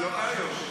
היא לא באה היום.